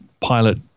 pilot